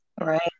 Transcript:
Right